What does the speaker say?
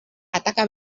ataka